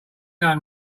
done